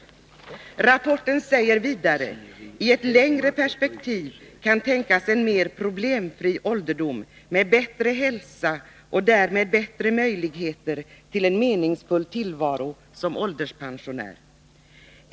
I rapporten sägs vidare: I ett längre perspektiv kan tänkas en mer problemfri ålderdom, med bättre hälsa och därmed bättre möjligheter till en meningsfull tillvaro som ålderspensionär.